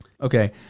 Okay